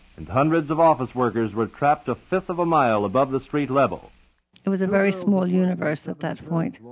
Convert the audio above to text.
and hundreds of office workers were trapped a fifth of a mile above the street level it was a very small universe at that point.